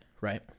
right